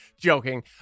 joking